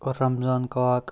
Ramzan Kak